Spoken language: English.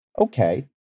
Okay